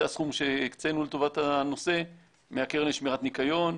זה הסכום שהקצנו לטובת הנושא מהקרן לשמירת ניקיון.